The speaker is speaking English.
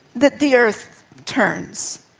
that the earth turns.